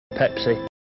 Pepsi